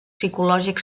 psicològic